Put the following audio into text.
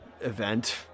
event